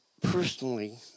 personally